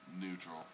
Neutral